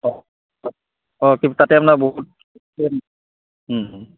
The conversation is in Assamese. অঁ অঁ তাতে আপোনাৰ বহুত